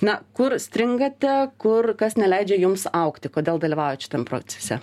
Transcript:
na kur stringate kur kas neleidžia jums augti kodėl dalyvaujat šitam procese